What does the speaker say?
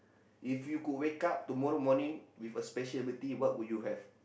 if you could wake up tomorrow morning with a special ability what would you have